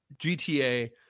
GTA